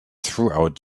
throughout